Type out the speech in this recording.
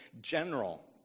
general